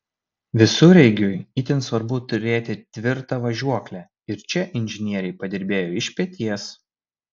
visureigiui itin svarbu turėti tvirtą važiuoklę ir čia inžinieriai padirbėjo iš peties